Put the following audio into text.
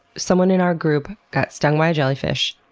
someone in our group got stung by a jellyfish.